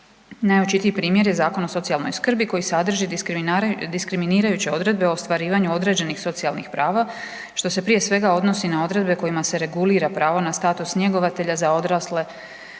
Najočitiji je primjer Zakon o socijalnoj skrbi koji sadrži diskriminirajuće odredbe o ostvarivanju određenih socijalnih prava što se prije svega odnosi na odredbe kojima se regulira pravo na status njegovatelja za odrasle